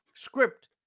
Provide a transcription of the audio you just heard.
script